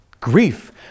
grief